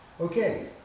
okay